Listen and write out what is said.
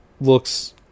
looks